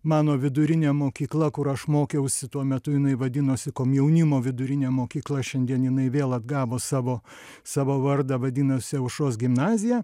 mano vidurinė mokykla kur aš mokiausi tuo metu jinai vadinosi komjaunimo vidurinė mokykla šiandien jinai vėl atgavo savo savo vardą vadinasi aušros gimnazija